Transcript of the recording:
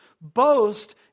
boast